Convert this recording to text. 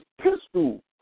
pistol